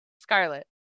Scarlet